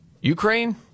Ukraine